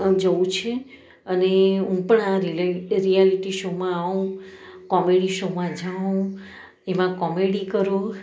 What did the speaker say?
આમ જવું છે અને હું પણ આ રિયાલિટી શોમાં આવું કોમેડી શોમાં જાઉં એમાં કોમેડી કરું